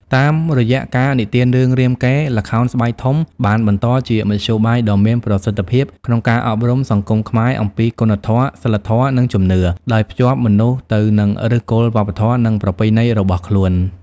តាមរយៈការនិទានរឿងរាមកេរ្តិ៍ ល្ខោនស្បែកធំបានបន្តជាមធ្យោបាយដ៏មានប្រសិទ្ធភាពក្នុងការអប់រំសង្គមខ្មែរអំពីគុណធម៌ សីលធម៌ និងជំនឿ ដោយភ្ជាប់មនុស្សទៅនឹងឫសគល់វប្បធម៌ និងប្រពៃណីរបស់ខ្លួន ។